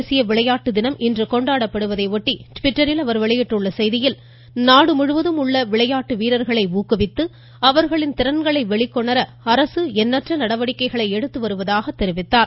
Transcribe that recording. தேசிய விளையாட்டு தினம் இன்று கொண்டாடப்படுவதையொட்டி ட்விட்டரில் வெளியிட்டுள்ள செய்தியில் நாடு முழுவதும் உள்ள விளையாட்டு அவர் வீரர்களை ஊக்குவித்து அவர்களின் திறன்களை வெளிக்கொணர எண்ணற்ற நடவடிக்கைகளை எடுத்து வருவதாக தெரிவித்துள்ளார்